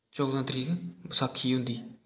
चौदां तरीक बसाखी होंदी